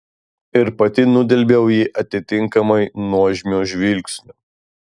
ir pati nudelbiau jį atitinkamai nuožmiu žvilgsniu